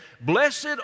blessed